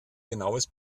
genaues